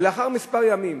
לאחר כמה ימים